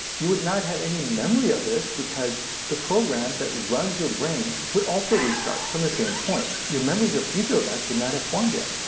you would not have any memory of this because the program that runs your brain would also restart from that same point. your memories of future events would not have formed yet.